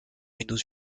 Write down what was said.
windows